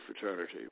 fraternity